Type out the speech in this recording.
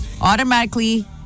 Automatically